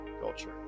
Culture